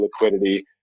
liquidity